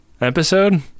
episode